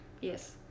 Yes